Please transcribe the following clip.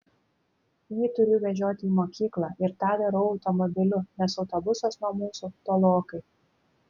jį turiu vežioti į mokyklą ir tą darau automobiliu nes autobusas nuo mūsų tolokai